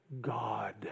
God